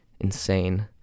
insane